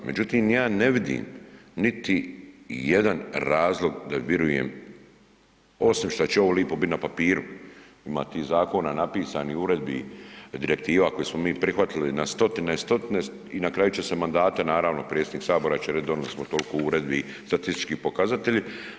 Međutim, ja ne vidim niti jedan razlog da virujem osim šta će ovo bit lipo na papiru, ima ti zakona napisani, uredbi, direktiva koje smo mi prihvatili na stotine i stotine i na kraju će se mandata naravno predsjednik sabora će reć donijeli smo toliko uredbi, statistički pokazatelji.